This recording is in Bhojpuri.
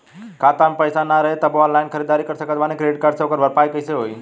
खाता में पैसा ना रही तबों ऑनलाइन ख़रीदारी कर सकत बानी क्रेडिट कार्ड से ओकर भरपाई कइसे होई?